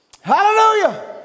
Hallelujah